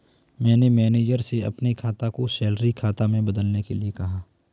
मैंने मैनेजर से अपने खाता को सैलरी खाता में बदलने के लिए कहा